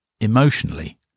emotionally